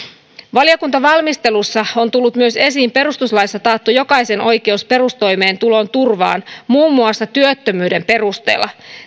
valiokuntavalmistelussa on tullut myös esiin perustuslaissa taattu jokaisen oikeus perustoimeentulon turvaan muun muassa työttömyyden perusteella